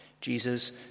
Jesus